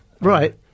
right